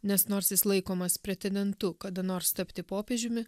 nes nors jis laikomas pretendentu kada nors tapti popiežiumi